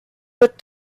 but